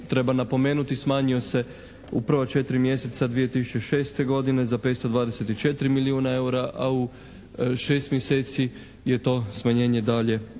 treba napomenuti smanjio se u prva četiri mjeseca 2006. godine za 524 milijuna EUR-a, a u šest mjeseci je to smanjenje dalje